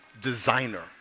designer